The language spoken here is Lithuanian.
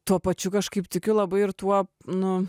tuo pačiu kažkaip tikiu labai ir tuo nu